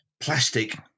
plastic